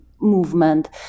Movement